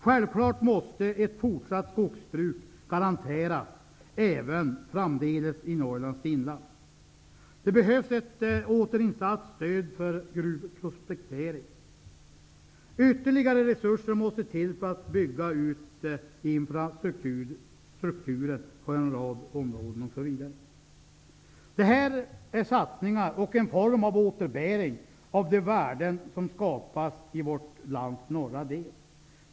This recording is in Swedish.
Självfallet måste ett fortsatt skogsbruk garanteras även framdeles i Norrlands inland. Det behövs ett återinsatt stöd för gruvprospektering. Ytterligare resurser måste till för att bygga ut infrastrukturen på en rad områden. Det här är satsningar som skulle vara en form av återbäring av de värden som skapas i vårt lands norra del.